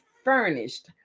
furnished